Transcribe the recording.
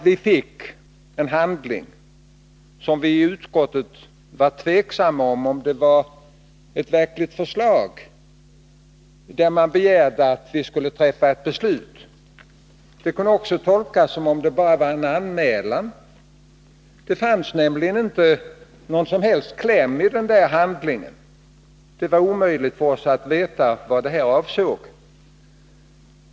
Vi fick en handling som vi i utskottet var tveksamma om huruvida det var ett verkligt förslag som man begärde att vi skulle fatta ett beslut om. Handlingen kunde också tolkas som att det bara var fråga om en anmälan. Det fanns nämligen inte någon som helst kläm i handlingen. Det var omöjligt för oss att veta vad som avsågs.